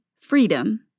freedom